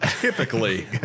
Typically